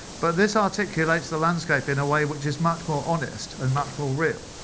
but this articulates the landscape in a way which is much more honest and much more real.